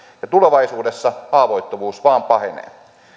tulevaisuudessa haavoittuvuus vain pahenee